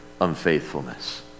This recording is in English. unfaithfulness